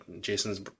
Jason's